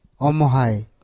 Omohai